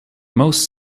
most